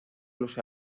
los